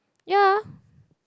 yeah